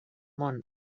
món